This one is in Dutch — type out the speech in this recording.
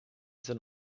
zijn